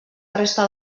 resta